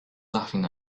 laughing